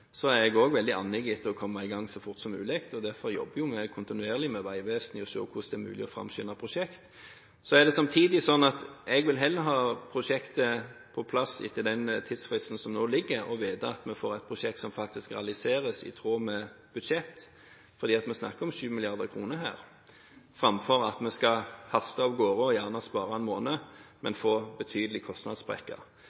så fort som mulig. Derfor jobber vi kontinuerlig med Vegvesenet for å se om det er mulig å framskynde prosjekter. Samtidig er det slik at jeg vil heller ha prosjektet på plass etter den tidsfristen som nå ligger der, og vite at vi får et prosjekt som faktisk realiseres i tråd med budsjett – fordi vi snakker om 7 mrd. kr her – framfor å haste av gårde og gjerne spare en måned, men